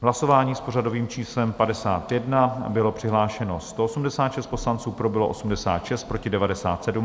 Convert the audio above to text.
Hlasování s pořadovým číslem 51, bylo přihlášeno 186 poslanců, pro bylo 86, proti 97.